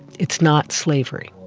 it's not slavery.